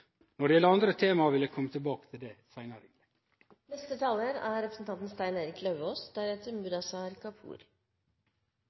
Når det gjeld andre tema, vil eg kome tilbake til det